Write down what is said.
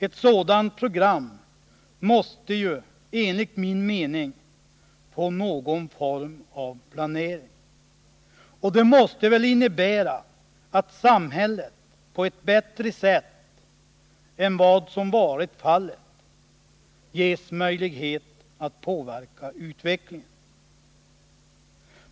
Ett sådant program måste enligt min mening få någon form av planering. Det måste väl innebära att samhället på ett bättre sätt än vad som hittills varit fallet ges möjlighet att påverka utvecklingen.